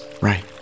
right